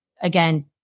again